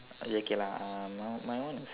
okay lah uh my my one is